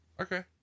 Okay